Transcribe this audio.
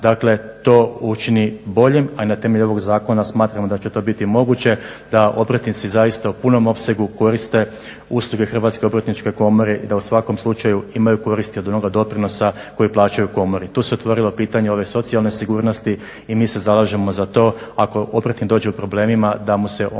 dakle to učini boljim, a na temelju ovog zakona smatramo da će to biti moguće da obrtnici zaista u punom opsegu koriste usluge Hrvatske obrtničke komore i da u svakom slučaju imaju koristi od onog doprinosa koji plaćaju komori. Tu se otvorilo pitanje ove socijalne sigurnosti i mi se zalažemo za to ako obrtnik dođe u problemima da mu se omogući